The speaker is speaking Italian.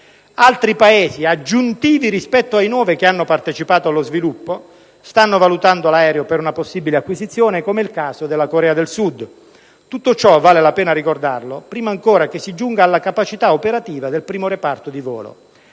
Altri Paesi aggiuntivi rispetto ai nove che hanno partecipato allo sviluppo stanno valutando l'aereo per una possibile acquisizione: è il caso, ad esempio, della Corea del Sud. Tutto ciò - vale la pena ricordarlo - prima ancora che si giunga alla capacità operativa del primo reparto di volo.